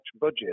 budget